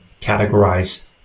categorize